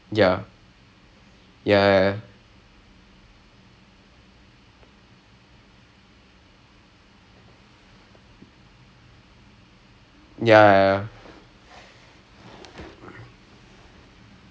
you get what I mean like you know how like basketball இல் எல்லாம்:il ellaam there's sometimes like they're they are so good at at basketball because there're such a good athlete like they're so freaking fast like that itself is the skill மாதிரி:maathiri so matt he's one of those type of freaks